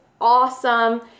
awesome